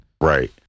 Right